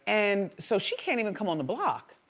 and so she can't even come on the block,